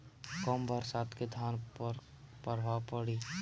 कम बरसात के धान पर का प्रभाव पड़ी?